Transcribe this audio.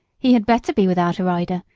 he had better be without a rider,